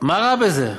מה רע בזה?